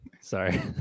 sorry